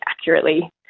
accurately